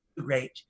great